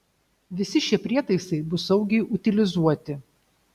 visi šie prietaisai bus saugiai utilizuoti